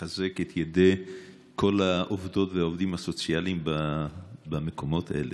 את ידי כל העובדות והעובדים הסוציאליים במקומות האלה.